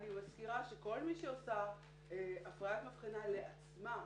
אני מזכירה שכל מי שעושה הפריית מבחנה לעצמה,